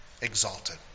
exalted